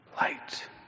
Light